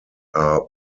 are